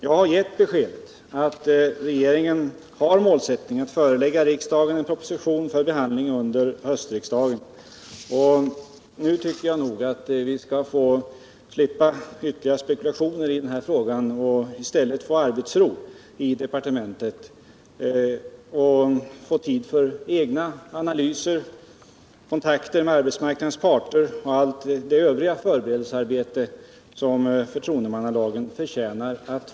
Jag har gett beskedet att regeringen har målet att förelägga riksdagen en proposition för behandling under höstsessionen. Nu tycker jag att det är bäst att slippa ytterligare spekulationer i denna fråga, så att vi kan få arbetsro i departementet och få tid för egna analyser, kontakter med arbetsmarknadens parter och allt det övriga förberedelsearbete som förtroendemannalagen förtjänar.